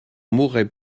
mourrai